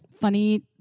funny